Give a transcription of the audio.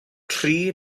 tri